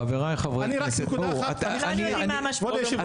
חבריי חברי הכנסת בואו -- אני רק נקודה אחת כבוד היושב ראש.